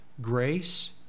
grace